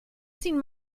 seen